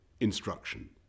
instruction